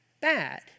bad